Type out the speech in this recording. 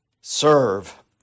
serve